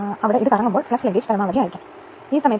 അതിനാൽ ലളിതമാക്കിയതിനുശേഷം ഇത് ലളിതമാക്കുകയാണെങ്കിൽ അത് 0